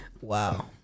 Wow